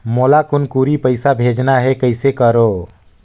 मोला कुनकुरी पइसा भेजना हैं, कइसे करो?